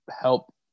help